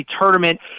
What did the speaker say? tournament